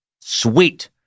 Sweet